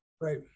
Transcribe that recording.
Right